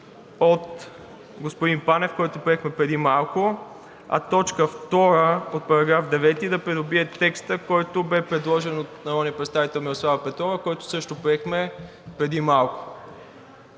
от господин Панев, който приехме преди малко, а т. 2 от § 9 да придобие текста, предложен от народния представител Мирослава Петрова, който също приехме преди малко.